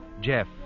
Jeff